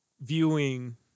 viewing